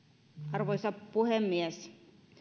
arvoisa puhemies